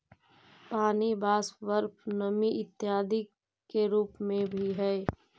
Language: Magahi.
पानी वाष्प, बर्फ नमी इत्यादि के रूप में भी हई